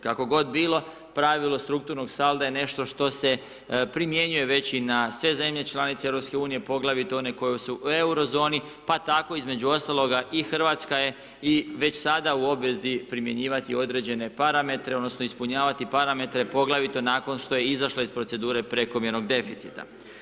Kako god bilo, pravilo strukturnog salda, je nešto što se primjenjuje već i na sve zemlje članice EU, poglavito one koji su u eurozoni pa tako između ostaloga i Hrvatska je i već sada u obvezi primjenjivati određene parametre, odnosno, ispunjavati parametre poglavito nakon što je izašla iz procedure prekomjernog deficita.